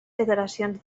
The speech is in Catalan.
federacions